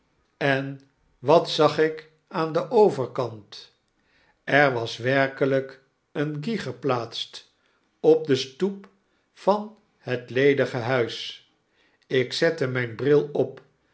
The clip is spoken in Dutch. eq wat zag ik aan den overkant er was werkelykeen guy geplaatst op den stoep van het ledige huis ik zette myn bril op